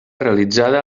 realitzada